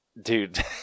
Dude